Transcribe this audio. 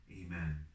Amen